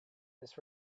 this